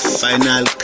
final